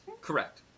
Correct